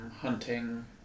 hunting